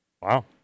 Wow